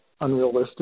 unrealistic